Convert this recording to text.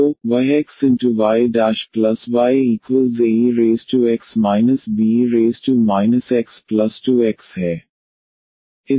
तो वह xyyaex be x2x है